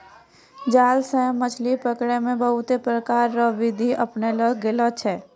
जाल से मछली पकड़ै मे बहुत प्रकार रो बिधि अपनैलो गेलो छै